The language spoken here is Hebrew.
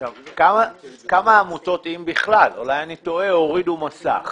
כמה עמותות, אם בכלל, הורידו מסך